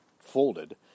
folded